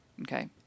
Okay